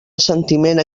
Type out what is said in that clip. assentiment